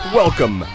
welcome